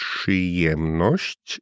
Przyjemność